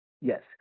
Yes